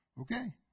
Okay